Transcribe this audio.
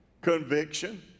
Conviction